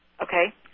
Okay